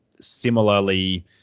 similarly